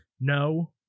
no